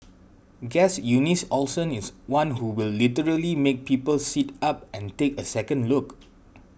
guess Eunice Olsen is one who will literally make people sit up and take a second look